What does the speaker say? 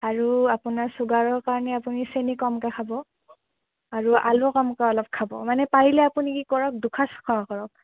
আৰু আপোনাৰ চুগাৰৰ কাৰণে চেনি কমকে খাব আৰু আলু অলপ কমকৈ খাব মানে পাৰিলে আপুনি কি কৰক দুসাঁজ খোৱা কৰক